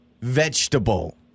Vegetable